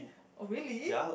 oh really